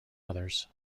others